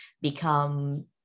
become